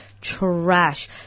trash